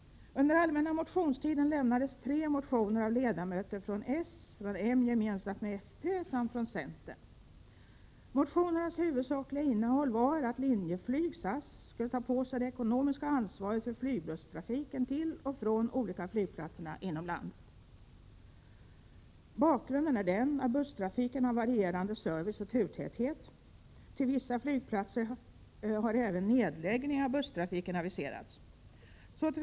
Under den allmänna motionstiden avlämnades tre motioner av ledamöter från socialdemokraterna, moderaterna gemensamt med folkpartiet samt från centern. Motionernas huvudsakliga innehåll gick ut på att Linjeflyg och SAS skulle ta på sig det ekonomiska ansvaret för flygbusstrafiken till och från landets olika flygplatser. Bakgrunden är att busstrafiken har varierande service och turtäthet. För vissa flygplatser har även nedläggning av busstrafiken aviserats.